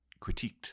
critiqued